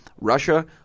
Russia